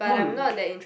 mm